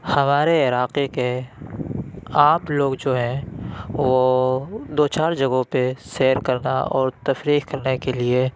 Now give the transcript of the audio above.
ہمارے علاقے کے عام لوگ جو ہیں وہ دو چار جگہوں پہ سیر کرنا اور تفریح کرنے کے لیے